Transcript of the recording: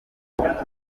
muzima